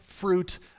fruit